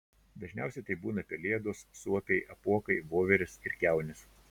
dažniausia tai būna pelėdos suopiai apuokai voverės ir kiaunės